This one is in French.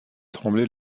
trembler